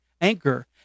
Anchor